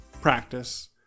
practice